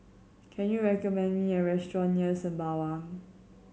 can you recommend me a restaurant near Sembawang